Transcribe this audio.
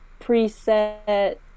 preset